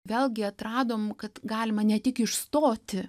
vėlgi atradom kad galima ne tik išstoti